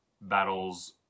battles